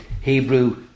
Hebrew